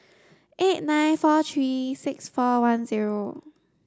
eight nine four three six four one zero